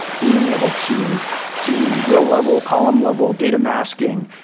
being able to do row-level, column level, data masking,